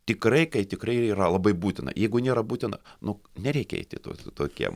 tikrai kai tikrai yra labai būtina jeigu nėra būtina nu nereikia eiti tuos tokiem